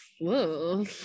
whoa